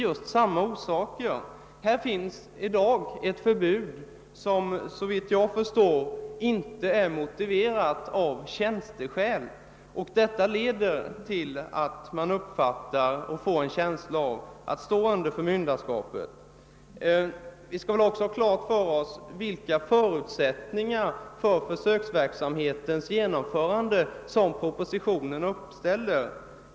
Det finns för närvarande ett förbud som, såvitt jag förstår, inte kan motiveras med tjänsteskäl och detta leder till att man kan få en känsla av att stå under förmynderskap. Vi skall också ha klart för oss vilka förutsättningar för försöksverksamhetens genomförande som uppställs i propositionen.